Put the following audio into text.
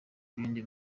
bindi